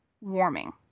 warming